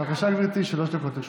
בבקשה, גברתי, שלוש דקות רשותך.